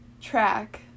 track